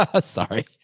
Sorry